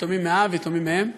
יתומים מאב, יתומים מאם,